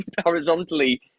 Horizontally